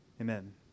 Amen